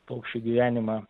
paukščių gyvenimą